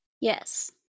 Yes